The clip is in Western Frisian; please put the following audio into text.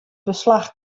beslach